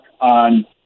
on